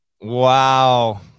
Wow